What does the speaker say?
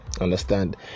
understand